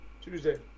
Tuesday